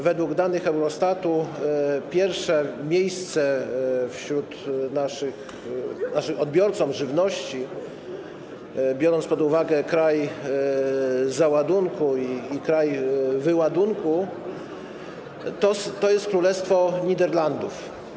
Według danych Eurostatu pierwsze miejsce wśród naszych odbiorców żywności, biorąc pod uwagę kraj załadunku i kraj wyładunku, zajmuje Królestwo Niderlandów.